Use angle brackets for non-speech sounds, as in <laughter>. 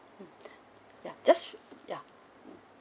mm <breath> ya just ya mm